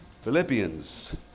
Philippians